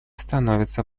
становится